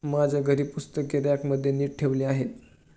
माझ्या घरी पुस्तके रॅकमध्ये नीट ठेवली आहेत